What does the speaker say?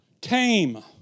tame